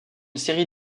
série